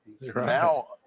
Now